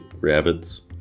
rabbits